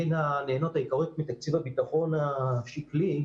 הן הנהנות העיקריות מתקציב הביטחון השקלי,